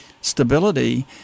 stability